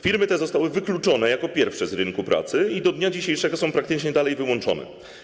Firmy te zostały wykluczone jako pierwsze z rynku pracy i do dnia dzisiejszego są praktycznie dalej wyłączone.